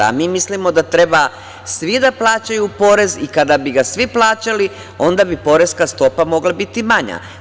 Mi mislimo da treba svi da plaćaju porez i kada bi ga svi plaćali, onda bi poreska stopa mogla biti manja.